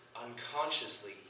unconsciously